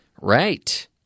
Right